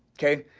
okay.